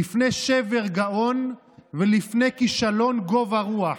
"לפני שבר גאון, ולפני כישלון גבה רוח".